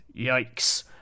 yikes